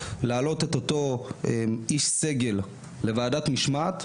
להעלות את אותו איש סגל לוועדת משמעת,